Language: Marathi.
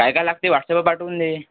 काय काय लागते व्हाट्सअपवर पाठवून दे